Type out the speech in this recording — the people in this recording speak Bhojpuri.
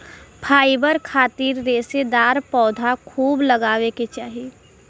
फाइबर खातिर रेशेदार पौधा खूब लगावे के चाही